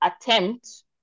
attempt